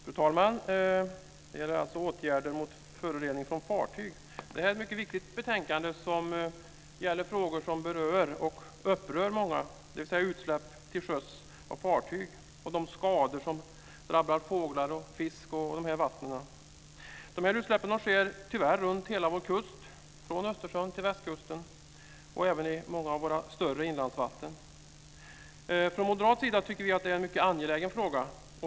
Fru talman! Debatten gäller åtgärder mot förorening från fartyg. Det här är ett mycket viktigt betänkande som gäller frågor som berör och upprör många, dvs. utsläpp till sjöss av fartyg och de skador som drabbar fåglar, fisk och de här vattnen. Utsläppen sker tyvärr runt hela vår kust, från Östersjön till västkusten och även i många av våra större inlandsvatten. Från moderat sida tycker vi att det här är en mycket angelägen fråga.